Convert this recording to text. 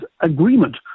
agreement